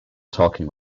talking